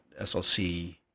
SLC